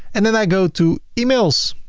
and then i go to emails.